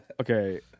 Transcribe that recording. Okay